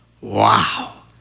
Wow